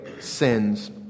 sins